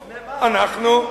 אנחנו,